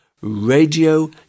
radio